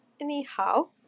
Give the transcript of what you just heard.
anyhow